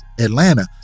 Atlanta